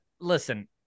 listen